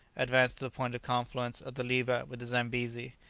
advanced to the point of confluence of the leeba with the zambesi,